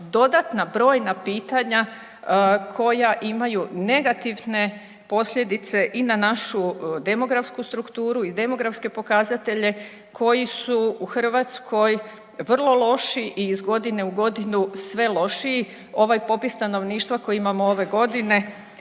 dodatna brojna pitanja koja imaju negativne posljedice i na našu demografsku strukturu i demografske pokazatelje koji su u Hrvatskoj vrlo loši i iz godine u godinu sve lošiji. Ovaj popis stanovništva koji imamo ove godine